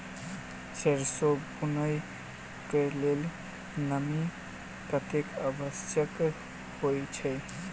सैरसो बुनय कऽ लेल नमी कतेक आवश्यक होइ छै?